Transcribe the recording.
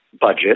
budget